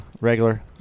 regular